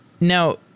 Now